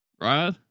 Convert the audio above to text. Right